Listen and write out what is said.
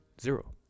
zero